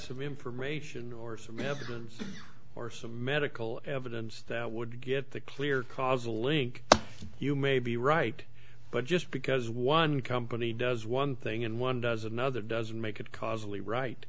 some information or some evidence or some medical evidence that would get the clear causal link you may be right but just because one company does one thing and one does another doesn't make it caus